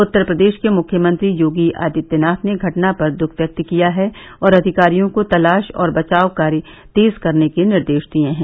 उत्तर प्रदेश के मुख्यमंत्री योगी आदित्यनाथ ने घटना पर दुख व्यक्त किया है और अधिकारियों को तलाश और बचाव कार्य तेज करने के निर्देश दिए हैं